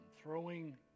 throwing